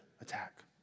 attack